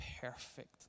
perfect